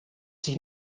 sich